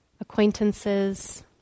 acquaintances